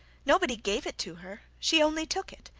nobody gave it to her she only took it.